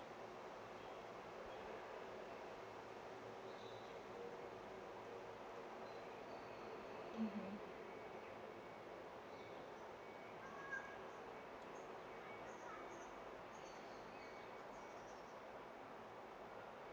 mmhmm